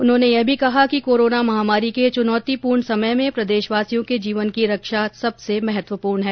उन्होंने कहा कि कोरोना महामारी के चुनौतीपूर्ण समय में प्रदेशवासियों के जीवन की रक्षा सबसे महत्वपूर्ण है